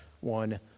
one